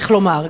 איך לומר,